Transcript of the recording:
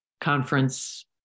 conference